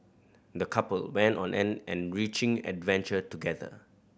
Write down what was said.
the couple went on an enriching adventure together